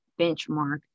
benchmark